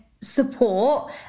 support